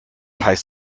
heißt